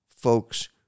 folks